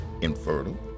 infertile